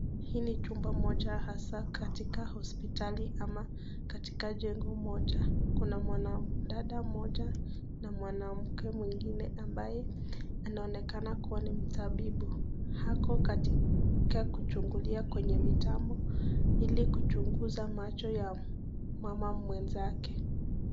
Hili chumba moja hasaa katika hospitali ama katika jengo moja. Kuna mwanadada mmoja na mwanamke mwingine ambaye anaonekana kuwa ni mtabibu ako katika kuchungulia kwenye mitambo ili kuchunguza macho ya mama mwenzake.